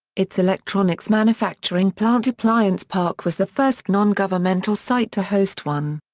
its electronics manufacturing plant appliance park was the first non-governmental site to host one.